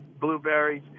blueberries